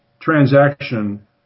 transaction